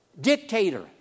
Dictator